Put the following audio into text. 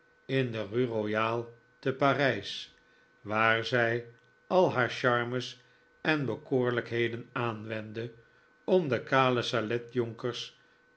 in de rue royale te parijs waar zij al haar charmes en bekoorlijkheden aanwendde om de